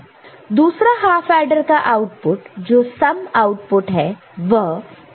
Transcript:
दूसरा half adder का output जो सम आउटपुट है वह A XOR B XOR Cin है